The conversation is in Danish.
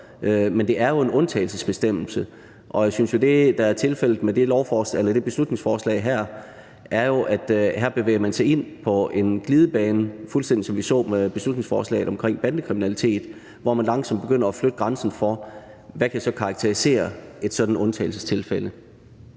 Men det er jo en undtagelsesbestemmelse. Og synes jeg, at det, der er tilfældet med det her beslutningsforslag, er, at man her bevæger sig ind på en glidebane – det er fuldstændig, som vi så med beslutningsforslaget om bandekriminalitet, hvor man langsomt begyndte at flytte grænsen for, hvad der så kan karakterisere et sådan undtagelsestilfælde.